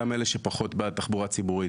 גם אלה שפחות בתחבורה הציבורית,